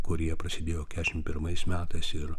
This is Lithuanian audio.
kurie prasidėjo keturiasdešimt pirmais metais ir